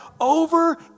over